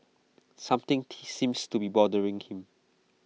something seems to be bothering him